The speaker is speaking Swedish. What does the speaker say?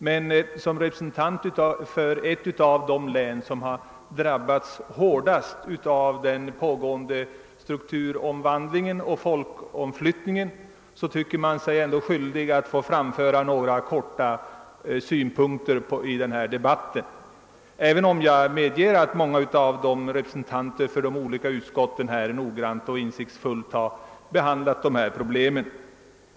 Men som representant för ett av de län som har drabbats hårdast av den pågående strukturomvandlingen och folkomflyttningen tycker jag mig ändå vara skyldig att i korthet i dehna debatt framföra några synpunkter, även om jag medger, att många av representanterna för de olika utskotten noggrant och insiktsfullt har behandlat ifrågavarande problem. '